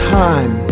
time